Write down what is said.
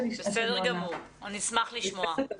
נשמח לשמוע.